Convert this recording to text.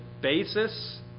basis